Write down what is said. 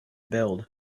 build